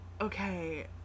Okay